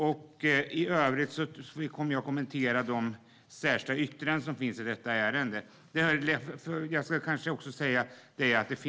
I övrigt kommer jag att kommentera de två särskilda yttranden som finns i ärendet.